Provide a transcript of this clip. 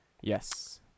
Yes